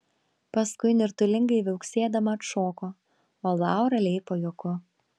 paskui nirtulingai viauksėdama atšoko o laura leipo juoku